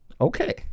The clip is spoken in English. okay